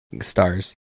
stars